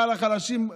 רע לחלשים,